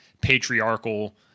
patriarchal